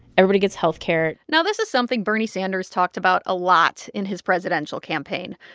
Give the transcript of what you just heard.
everybody gets health care now, this is something bernie sanders talked about a lot in his presidential campaign.